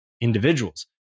Individuals